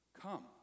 come